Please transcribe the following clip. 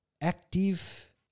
active